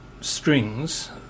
strings